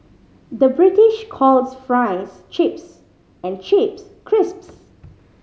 the British calls fries chips and chips crisps